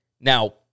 Now